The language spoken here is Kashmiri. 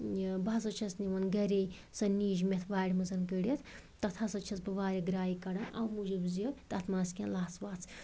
یہِ بہٕ ہسا چھَس نِوان گَرے سۄ نیٖج مٮ۪تھ وارِ منٛز کٔڑِتھ تَتھ ہسا چھَس بہٕ وارٕ گراے کڑان اَمہِ موجوٗب زِ تَتھ ما آسہِ کیٚنہہ لَژھ وَژھ